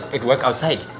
it works outside.